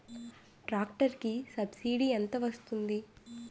Tractor కి subsidy ఎంత వస్తుంది?